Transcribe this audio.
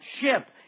ship